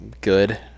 good